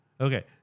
Okay